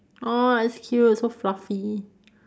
!aww! it's cute so fluffy